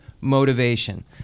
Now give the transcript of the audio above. motivation